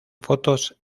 fotos